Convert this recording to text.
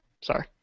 Sorry